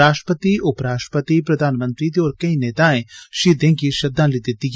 राश्ट्रपति उपराश्ट्रपति प्रधानमंत्री ते केई होर नेताएं शहीदें गी श्रद्वांजलि दित्ती